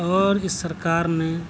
اور اس سرکار نے